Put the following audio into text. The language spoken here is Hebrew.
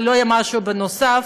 ולא יהיה משהו נוסף.